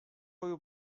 oyu